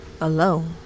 alone